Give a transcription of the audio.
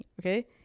Okay